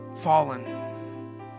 fallen